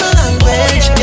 language